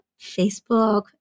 Facebook